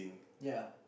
ya